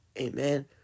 Amen